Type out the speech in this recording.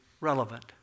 relevant